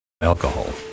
Alcohol